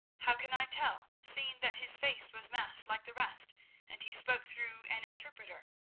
how can i tell, seeing that his face was masked like the rest and he spoke through an interpreter?